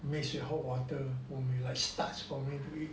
mix with hot water and like starch for me to eat